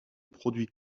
produits